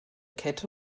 kette